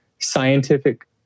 scientific